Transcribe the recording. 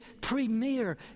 premier